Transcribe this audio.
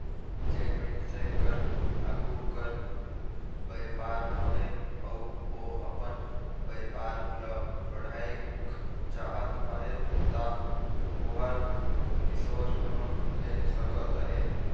जेन मइनसे कर आघु कर बयपार अहे अउ ओ अपन बयपार ल बढ़ाएक चाहत अहे ता ओहर किसोर लोन ले सकत अहे